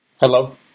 Hello